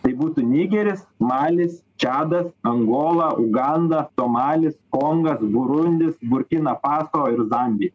tai būtų nigeris malis čadas angola uganda somalis kongas burundis burkina faso ir zambija